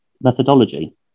methodology